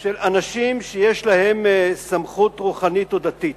של אנשים שיש להם סמכות רוחנית או דתית,